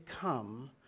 come